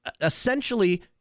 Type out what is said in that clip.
essentially